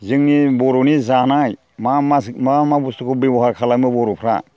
जोंनि बर'नि जानाय मा मा मा मा बुस्थुखौ बेबहार खालामो बर'फोरा